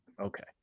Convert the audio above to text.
Okay